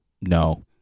no